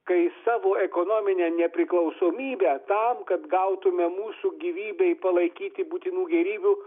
kai savo ekonominę nepriklausomybę tam kad gautume mūsų gyvybei palaikyti būtinų gėrybių